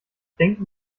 denken